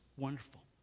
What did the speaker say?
wonderful